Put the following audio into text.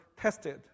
tested